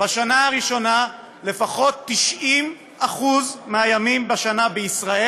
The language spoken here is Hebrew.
בשנה הראשונה לפחות 90% מהימים בישראל